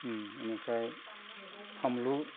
इनिफ्राय फानलु